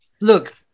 Look